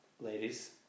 ladies